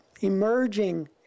emerging